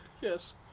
yes